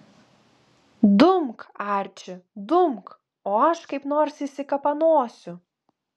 dumk arči dumk o aš kaip nors išsikapanosiu